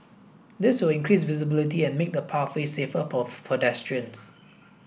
this will increase visibility and make the pathway safer for pedestrians